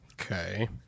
Okay